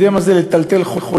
יודע מה זה לטלטל חולים,